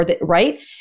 right